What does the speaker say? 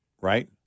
right